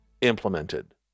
implemented